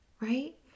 right